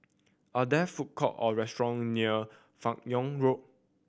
are there food court or restaurant near Fan Yoong Road